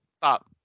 stop